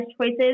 choices